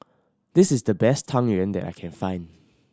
this is the best Tang Yuen that I can find